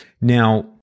Now